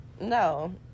No